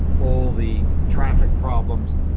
all the traffic problems,